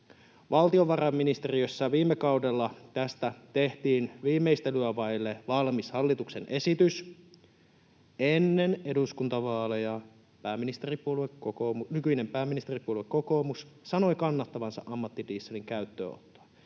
Valtiovarainministeriössä viime kaudella tästä tehtiin viimeistelyä vaille valmis hallituksen esitys. Ennen eduskuntavaaleja nykyinen pääministeripuolue kokoomus sanoi kannattavansa ammatti-dieselin käyttöönottoa